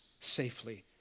safely